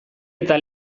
eta